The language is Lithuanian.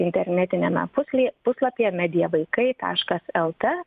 internetiniame pusly puslapyje media vaikai taškas lt